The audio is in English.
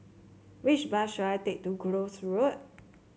which bus should I take to Gul Road